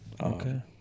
Okay